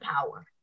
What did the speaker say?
power